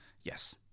Yes